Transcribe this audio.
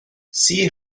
see